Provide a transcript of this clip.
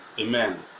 Amen